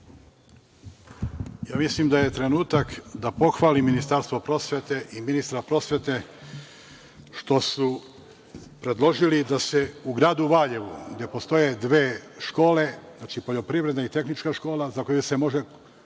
Ja mislim da je trenutak da pohvalim Ministarstvo prosvete i ministra prosvete što su predložili da se u gradu Valjevu, gde postoje dve škole – poljoprivredna i tehnička škola, za koje se može